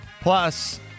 plus